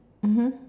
mmhmm